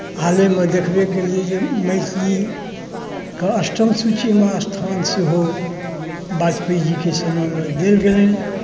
हालहिमे देखबे केलिए जे मैथिलीके अष्टम सूचीमे स्थान सेहो वाजपेयीजीके समयमे देल गेलनि